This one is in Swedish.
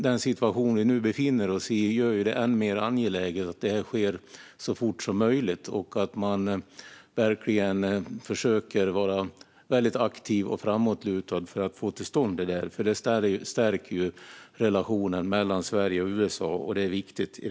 Den situation vi nu befinner oss i gör det än mer angeläget att Natointrädet sker så fort som möjligt och att man verkligen försöker vara väldigt aktiv och framåtlutad för att få det till stånd, eftersom det stärker relationen mellan Sverige och USA. Det är viktigt nu.